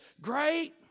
great